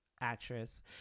actress